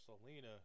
Selena